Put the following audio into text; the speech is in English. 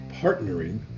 partnering